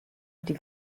die